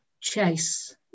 chase